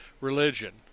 religion